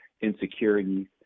insecurities